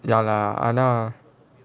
ya lah !hanna!